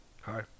Hi